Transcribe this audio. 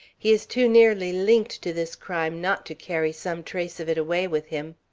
he is too nearly linked to this crime not to carry some trace of it away with him.